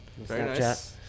Snapchat